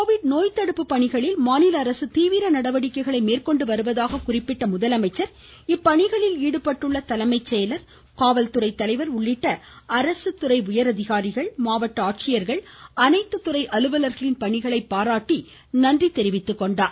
Covid நோய் தடுப்பு பணிகளில் மாநில அரசு தீவிர நடவடிக்கைகளை மேற்கொண்டு வருவதாக குறிப்பிட்ட முதலமைச்சர் இப்பணிகளில் ஈடுபட்டுள்ள தலைமை செயலர் காவல்துறை தலைவர் உள்ளிட்ட அரசு துறை உயர் அதிகாரிகள் மாவட்ட ஆட்சியர்கள் அனைத்து துறை அலுவலர்களின் பணிகளை பாராட்டி நன்றி தெரிவித்துக்கொண்டார்